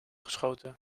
geschoten